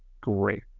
great